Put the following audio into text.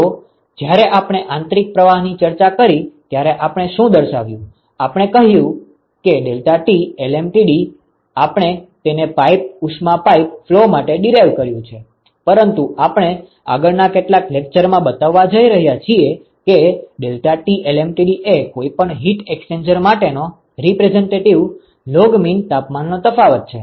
તો જ્યારે આપણે આંતરિક પ્રવાહની ચર્ચા કરી ત્યારે આપણે શું દર્શાવ્યું આપણે કહ્યું કે ડેલ્ટા T LMTD આપણે તેને પાઇપ ઉષ્મા પાઇપ ફ્લો માટે ડીરાઈવ કર્યું છે પરંતુ આપણે આગળના કેટલાક લેક્ચરમાં બતાવવા જઈ રહ્યા છીએ કે ડેલ્ટા T LMTD એ કોઈ પણ હિટ એક્સ્ચેન્જર માટેનો રિપ્રેસ્ઝેંટેટિવ લોગ મીન તાપમાનનો તફાવત છે